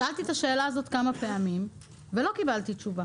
שאלתי את השאלה הזאת כמה פעמים ולא קיבלתי תשובה